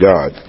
God